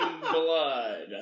blood